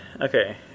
Okay